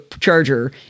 charger